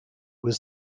was